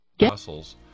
muscles